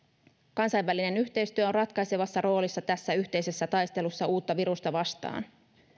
kansainvälinen yhteistyö on ratkaisevassa roolissa tässä yhteisessä taistelussa uutta virusta vastaan